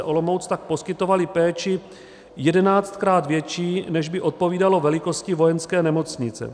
Olomouc tak poskytovali péči jedenáctkrát větší, než by odpovídalo velikosti Vojenské nemocnice.